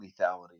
lethality